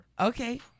Okay